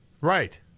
Right